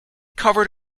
covered